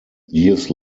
years